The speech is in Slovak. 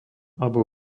alebo